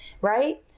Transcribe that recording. right